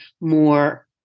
more